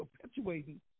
perpetuating